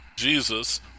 Jesus